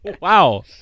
wow